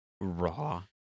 raw